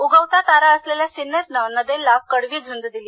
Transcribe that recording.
उगवता तारा असलेल्या सिन्नरनं नदाल कडवी झ्रंज दिली